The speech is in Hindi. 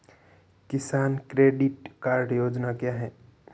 किसान क्रेडिट कार्ड योजना क्या है?